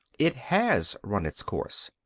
it has run its course.